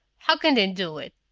how can they do it?